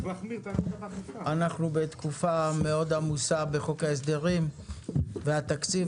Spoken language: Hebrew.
אנחנו בתקופה מאוד עמוסה בחוק ההסדרים ובחוק התקציב,